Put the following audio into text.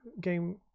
game